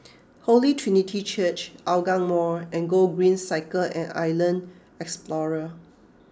Holy Trinity Church Hougang Mall and Gogreen Cycle at Island Explorer